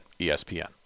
ESPN